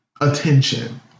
attention